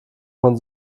von